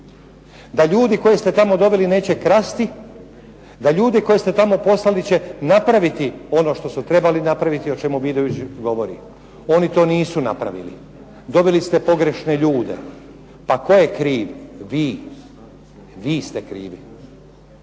da ljude koje ste tamo doveli neće krasti, da ljude koje ste tamo poslali će napraviti ono što su trebali napraviti o čemu Vidović govori. Oni to nisu napravili, doveli ste pogrešne ljude. Tko je kriv? Vi, vi ste krivi.